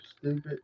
stupid